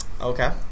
Okay